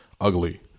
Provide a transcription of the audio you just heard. ugly